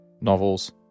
Novels